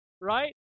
right